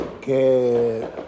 que